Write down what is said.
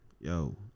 Yo